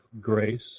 grace